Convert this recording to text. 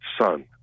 Son